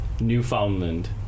Newfoundland